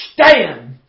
stand